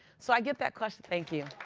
so i get that question thank you.